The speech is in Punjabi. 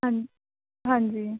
ਹਾਂਜੀ ਹਾਂਜੀ